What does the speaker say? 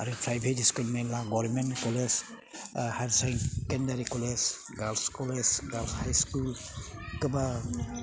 आरो private school मेरला government college higher secondary college girls college girls high school गोबां